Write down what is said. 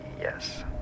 yes